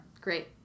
Great